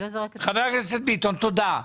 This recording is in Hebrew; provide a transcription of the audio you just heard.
חבר הכנסת ביטון, תודה.